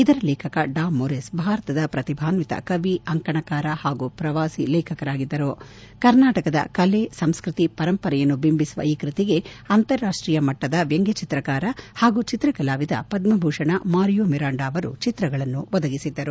ಇದರ ಲೇಖಕ ಡಾಮ್ ಮೊರೇಸ್ ಭಾರತದ ಪ್ರತಿಭಾನ್ವಿತ ಕವಿ ಅಂಕಣಕಾರ ಹಾಗೂ ಪ್ರವಾಸಿ ಲೇಖಕರಾಗಿದ್ದರು ಕರ್ನಾಟಕದ ಕಲೆ ಸಂಸ್ಕೃತಿ ಪರಂಪರೆಯನ್ನು ಬಿಂಬಿಸುವ ಈ ಕೃತಿಗೆ ಅಂತರರಾಷ್ಟೀಯ ಮಟ್ಟದ ವ್ಯಂಗ್ಚಚಿತ್ರಕಾರ ಹಾಗೂ ಚಿತ್ರಕಲಾವಿದ ಪದ್ಧಭೂಷಣ ಮಾರಿಯೋ ಮಿರಾಂಡ ಅವರು ಚಿತ್ರಗಳನ್ನು ಒದಗಿಸಿದ್ದರು